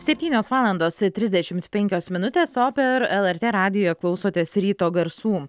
septynios valandos trisdešimt penkios minutės o per lrt radiją klausotės ryto garsų